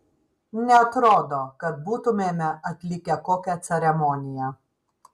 neatrodo kad būtumėme atlikę kokią ceremoniją